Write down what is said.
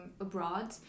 abroad